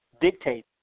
dictate